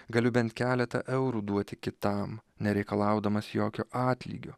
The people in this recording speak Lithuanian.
galiu bent keletą eurų duoti kitam nereikalaudamas jokio atlygio